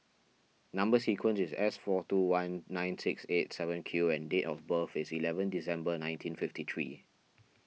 Number Sequence is S four two one nine six eight seven Q and date of birth is eleven December nineteen fifty three